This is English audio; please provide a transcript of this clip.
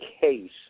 case